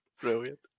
Brilliant